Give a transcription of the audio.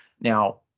Now